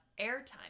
airtime